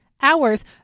hours